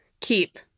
keep